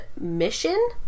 mission